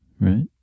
right